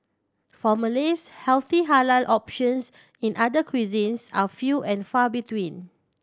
for Malays healthy halal options in other cuisines are few and far between